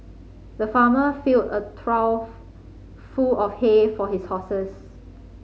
the farmer filled a trough of full of hay for his horses